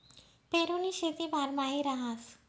पेरुनी शेती बारमाही रहास